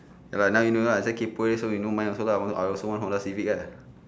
ya lah now you know lah kaypoh so you know mine also lah I also want Honda Civic ah